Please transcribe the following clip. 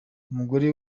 umugore